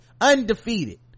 undefeated